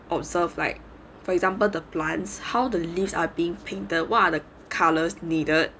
observe like for example the plants how the leaves are being painted what are the colours needed